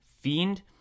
fiend